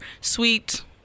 sweet